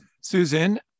Susan